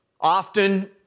Often